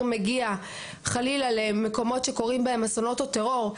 מגיע חלילה למקומות שקורים בהם אסונות או טרור,